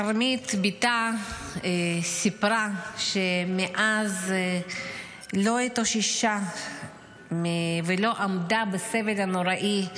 כרמית בתה סיפרה שמאז לא התאוששה ולא עמדה בסבל הנוראי,